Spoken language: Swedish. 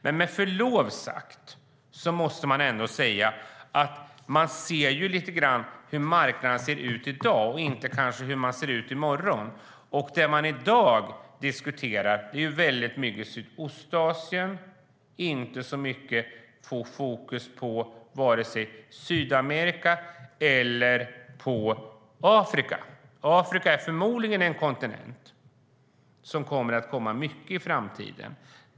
Men med förlov sagt är det ändå så att man lite grann ser på hur marknaden ser ut i dag och kanske inte hur den ser ut i morgon. Det man i dag diskuterar väldigt mycket är Sydostasien, men det är inte så mycket fokus på vare sig Sydamerika eller Afrika. Afrika är förmodligen den kontinent som kommer att komma mycket i framtiden.